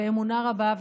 באמונה רבה,